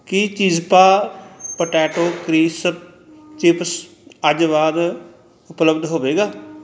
ਕੀ ਚਿਜ਼ਪਾ potato crisp chips ਅੱਜ ਬਾਅਦ ਉਪਲੱਬਧ ਹੋਵੇਗਾ